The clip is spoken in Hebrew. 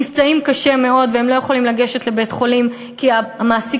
נפצעים קשה מאוד ולא יכולים לגשת לבית-חולים כי המעסיק